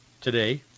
today